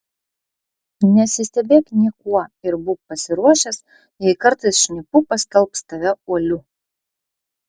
nesistebėk niekuo ir būk pasiruošęs jei kartais šnipu paskelbs tave uoliu